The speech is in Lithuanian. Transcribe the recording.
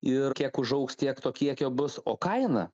ir kiek užaugs tiek to kiekio bus o kaina